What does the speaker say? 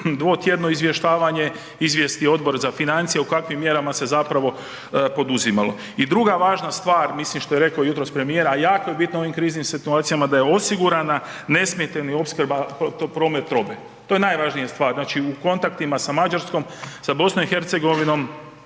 dvotjedno izvještavanje izvijesti Odbor za financije o kakvim mjerama se zapravo poduzimalo. I druga važna stvar, mislim što je rekao jutros premijer, a jako je bitno u ovim kriznim situacijama da je osigurana nesmetana opskrba promet robe. To je najvažnija stvar. Znači, u kontaktima sa Mađarskom, sa BiH, sa drugim